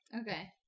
Okay